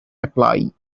apply